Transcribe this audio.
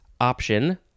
option